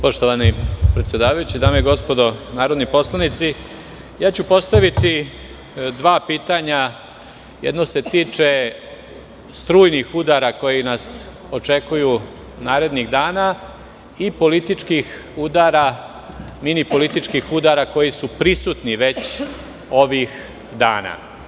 Poštovani predsedavajući, dame i gospodo narodni poslanici, postaviću dva pitanja - jedno se tiče strujnih udara koji nas očekuju narednih dana i mini političkih udara koji su prisutni već ovih dana.